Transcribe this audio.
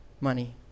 money